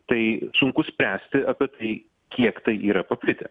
tai sunku spręsti apie tai kiek tai yra paplitę